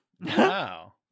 wow